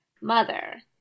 mother